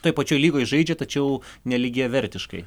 toj pačioj lygoj žaidžia tačiau nelygiavertiškai